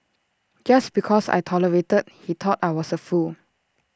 just because I tolerated he thought I was A fool